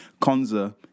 Conza